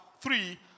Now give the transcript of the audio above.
three